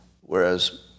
whereas